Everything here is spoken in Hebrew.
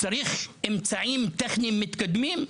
צריך אמצעים טכניים מתקדמים?